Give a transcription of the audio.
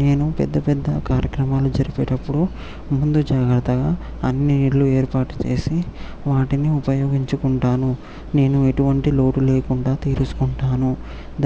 నేను పెద్ద పెద్ద కార్యక్రమాలు జరిపేటప్పుడు ముందు జాగ్రత్తగా అన్ని నీళ్లు ఏర్పాటు చేసి వాటిని ఉపయోగించుకుంటాను ఎటువంటి లోటు లేకుండా తీర్చుకుంటాను